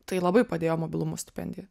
tai labai padėjo mobilumo stipendija